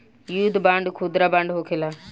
युद्ध बांड खुदरा बांड होखेला